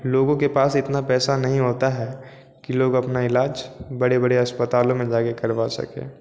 लोगों के पास इतना पैसा नहीं होता है कि लोग अपना इलाज बड़े बड़े अस्पतालों में जा कर करवा सकें